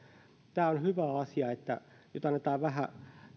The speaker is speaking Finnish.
tämä on hyvä asia että nyt annetaan vähän